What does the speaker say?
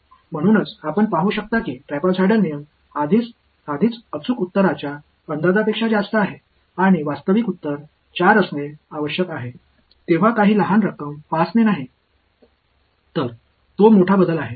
म्हणूनच आपण पाहू शकता की ट्रॅपीझोइडल नियम आधीच अचूक उत्तराच्या अंदाजापेक्षा जास्त आहे आणि वास्तविक उत्तर 4 असणे आवश्यक आहे तेव्हा काही लहान रक्कम 5 ने नाही तर तो मोठा बदल आहे